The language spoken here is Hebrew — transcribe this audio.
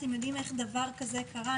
יודעים איך דבר כזה קרה?